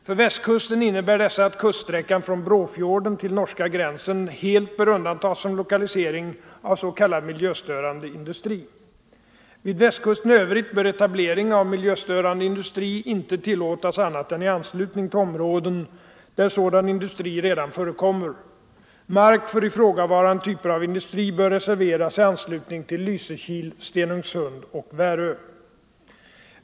För Västkusten innebär dessa att kuststräckan från Brofjorden till norska gränsen helt bör undantas från lokalisering av s.k. miljöstörande industri. Vid Västkusten i övrigt bör etablering av miljöstörande industri inte tillåtas annat än i anslutning till områden där sådan industri redan förekommer. Mark för ifrågavarande typer av industri bör reserveras i anslutning till Lysekil, Stenungsund och Värö.